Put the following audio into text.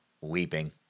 weeping